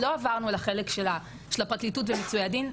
לא עברנו לחלק של הפרקליטות ומיצוי הדין,